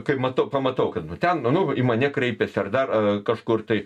kai matau pamatau kad va ten nu į mane kreipiasi ar dar kažkur tai